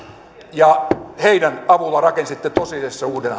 ja heidän avullaan rakensitte tosiasiassa uuden